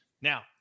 Now